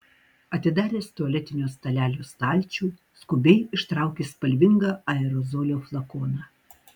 atidaręs tualetinio stalelio stalčių skubiai ištraukė spalvingą aerozolio flakoną